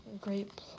great